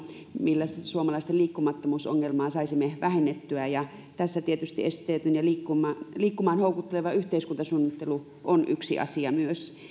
millä suomalaisten liikkumattomuusongelmaa saisimme vähennettyä ja tässä tietysti esteetön ja liikkumaan liikkumaan houkutteleva yhteiskuntasuunnittelu on yksi asia myös hyvinvointia ja terveyttä edistävä liikunta